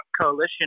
coalition